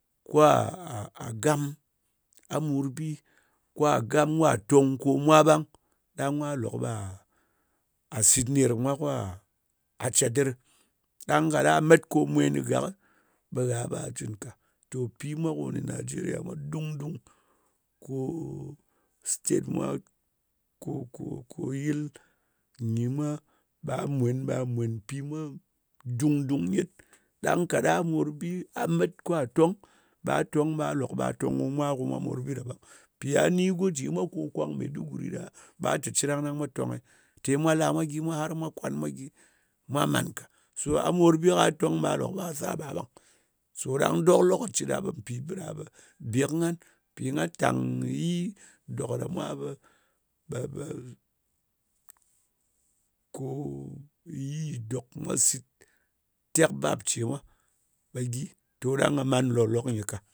Kwa'a gam, a morbi, kwa a gam mwa, kwa a ton ko mwa ɓang ɗan mwa lok ɓa a sit d ner mwa kwa a cedir ɗan kaɗa a mat ko mwe kɨ gak ɓa hja a cin ka to pi mwa ko nigeria mwa dundung state mwa ko ko yil nyi mwa ɓa a mwen pi mwa dundun gyet. Ɗan ka ɗang a morbi a matr ko a ton ɓa a ton-ɓa lok a ton ko a tong ko mwa morbi ɗa bang. Pi a ni ko a ji kwan maiduguri ɗa, ɓa a cin rangna mwa to ghe? Te mwa la mwa gyir mwa har mwa kwan mwa gyi a man ka, so a morbi a ton ɓa a lot as saba bang so ɗang lokoci ɗa mpi biɗa ɓa be kɨ ghan pi gha tang nyi dok ɗa mwa ɓa ko yi dok ɗa saba sit tek bap ce mwa ɓa gyi to ɗang gha man lok lok yi ka.